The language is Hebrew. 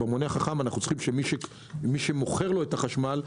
אנחנו צריכים שמי שמוכר לו את החשמל,